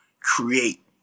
create